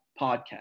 podcast